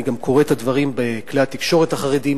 אני גם קורא את הדברים בכלי התקשורת החרדיים,